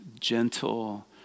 gentle